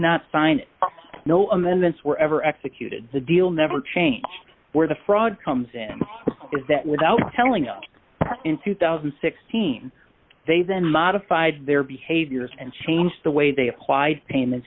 not sign no amendments were ever executed the deal never changed where the fraud comes in is that without telling us in two thousand and sixteen they then modified their behaviors and changed the way they applied payments